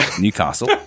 Newcastle